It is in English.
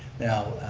now,